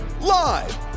live